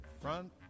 Front